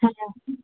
হ্যাঁ